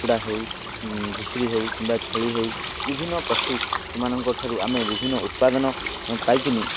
କୁକୁଡ଼ା ହେଉ ଘୁଷୁରୀ ହେଉ କିମ୍ବା ଛେଳି ହେଉ ବିଭିନ୍ନ ପଶୁ ସେମାନଙ୍କ ଠାରୁ ଆମେ ବିଭିନ୍ନ ଉତ୍ପାଦନ ପାଇକିନି